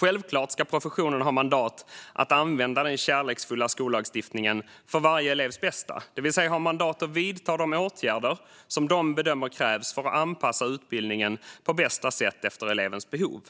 Självklart ska professionen ha mandat att använda den kärleksfulla skollagstiftningen för varje elevs bästa, det vill säga ha mandat att vidta de åtgärder som de bedömer krävs för att anpassa utbildningen på bästa sätt efter elevens behov.